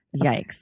Yikes